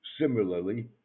Similarly